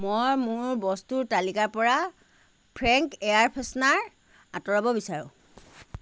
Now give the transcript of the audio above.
মই মোৰ বস্তুৰ তালিকাৰপৰা ফ্ৰেংক এয়াৰ ফ্ৰেছনাৰ আঁতৰাব বিচাৰোঁ